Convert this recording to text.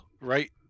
right